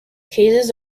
cases